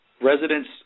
residents